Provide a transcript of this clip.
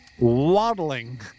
Waddling